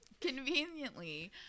Conveniently